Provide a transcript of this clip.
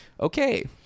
Okay